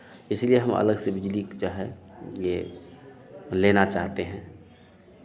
इसीलिए हम अलग से बिजली जो हैं ये लेना चाहते हैं